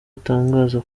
atangaza